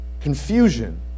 Confusion